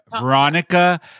Veronica